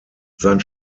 sein